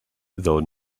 though